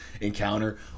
encounter